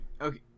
Okay